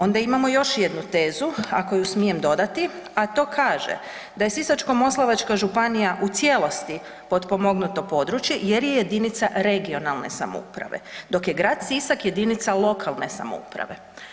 Onda imamo još jednu tezu ako u smijem dodati a to kaže da je Sisačko-moslavačka županija u cijelosti potpomognuto područje jer je jedinica regionalne samouprave dok je grad Sisak jedinica lokalne samouprave.